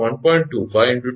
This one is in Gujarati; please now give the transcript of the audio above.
93 1